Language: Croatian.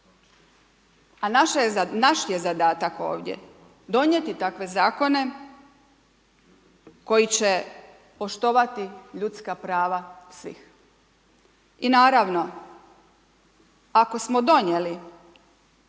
A naš je zadatak ovdje donijeti takve zakone koji će poštovati ljudska prava svih i naravno, ako smo donijeli, ako